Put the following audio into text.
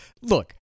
Look